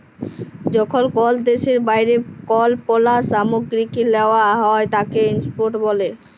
যখন কল দ্যাশের বাইরে কল পল্য সামগ্রীকে লেওয়া হ্যয় তাকে ইম্পোর্ট ব্যলে